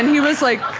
he was, like,